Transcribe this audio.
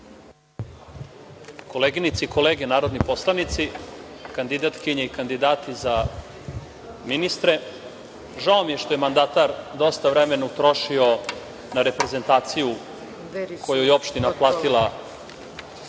Koleginice i kolege narodni poslanici, kandidati i kandidatkinje za ministre, žao mi je što je mandatar dosta vremena utrošio na reprezentaciju koju je opština platila